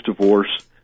divorce